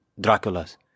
Dracula's